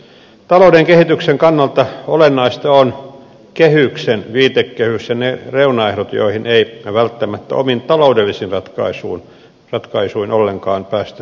talouden kehityksen kannalta olennaista on kehyksen viitekehys ja ne reunaehdot joihin ei välttämättä omin taloudellisin ratkaisuin ollenkaan päästä suoraan käsiksi